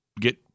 get